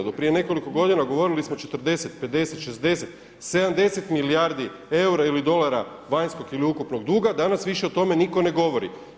Do prije nekoliko godina govorili smo 40, 50, 60, 70 milijardi eura ili dolara vanjskog ili ukupnog duga, danas više o tome nitko ne govori.